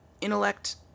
intellect